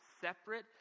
separate